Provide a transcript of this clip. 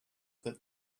that